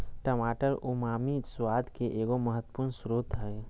टमाटर उमामी स्वाद के एगो महत्वपूर्ण स्रोत हइ